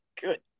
Good